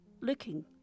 looking